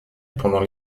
pendant